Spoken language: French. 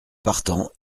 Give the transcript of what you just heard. partant